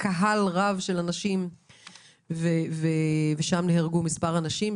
קהל רב של אנשים ונהרגו שם מספר אנשים.